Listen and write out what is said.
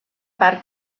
part